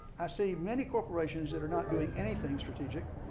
i seen many corporations that are not doing anything strategic,